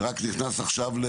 שרק נכנס עכשיו.